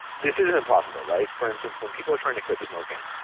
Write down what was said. this isn't impossible, right? for instance when people are trying to quit smoking,